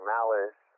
Malice